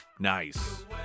Nice